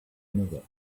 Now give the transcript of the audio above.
another